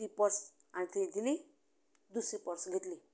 ती पर्स हांवेन थंय दिली दुसरी पर्स घेतली